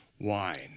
Wine